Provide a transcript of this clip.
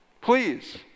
Please